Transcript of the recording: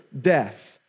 death